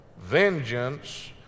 Vengeance